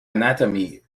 anatomy